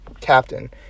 captain